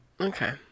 Okay